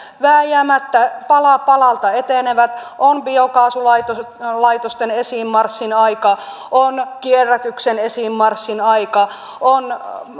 vääjäämättä pala palalta etenevät on biokaasulaitosten esiinmarssin aika on kierrätyksen esiinmarssin aika on